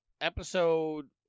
Episode